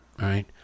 right